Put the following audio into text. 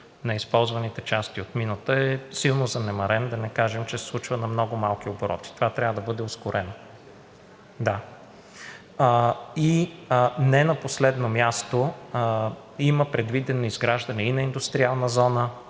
на използваните части от мината е силно занемарен, да не кажем, че се случва на много малки обороти. Това трябва да бъде ускорено. Не на последно място, има предвидено изграждане и на индустриална зона,